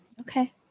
Okay